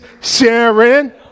sharon